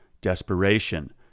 Desperation